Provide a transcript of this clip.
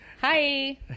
Hi